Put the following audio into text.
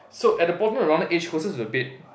so at the bottom of the rounded edge closest to the bed